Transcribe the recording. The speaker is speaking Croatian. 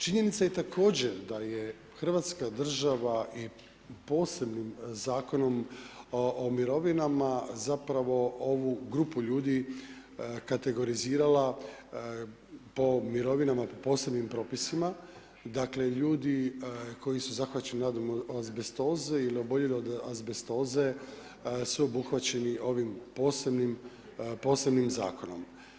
Činjenica je također da je Hrvatska država i posebnim zakonom o mirovinama zapravo ovu grupu ljudi kategorizirala po mirovinama, posebnim propisima, dakle ljudi koji su zahvaćeni od azbestoze ili oboljeli od azbestoze su obuhvaćeni ovim posebnim zakonom.